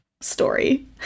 story